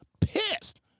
Pissed